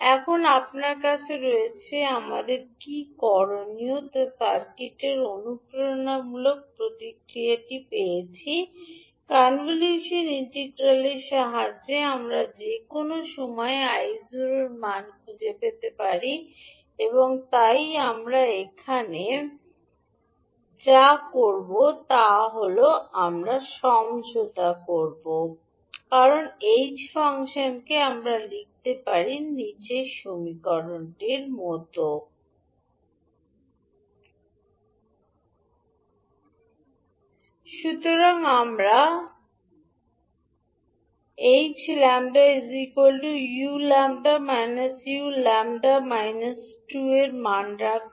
এখন আপনার কাছে রয়েছে আমাদের কী করণীয় তা সার্কিটের অনুপ্রেরণামূলক প্রতিক্রিয়া পেয়েছি কনভলিউশন ইন্টিগ্রালের সাহায্যে আমাদের যে কোনও সময়ে 𝑖0 এর মান খুঁজে পেতে হবে তাই আমরা এখন যা করব আমরা এর সমঝোতা গ্রহণ করব এবং h ফাংশন তাই আমরা যা লিখতে পারি তা পারি ∫𝑡 𝑖 𝜆ℎ𝑡 − 𝜆𝑑𝜆 0 𝑠 সুতরাং আমরা 𝑖𝑠 𝜆 𝑢 𝜆 𝑢 𝜆 2 এর মান রাখব